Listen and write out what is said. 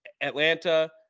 Atlanta